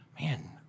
man